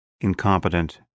incompetent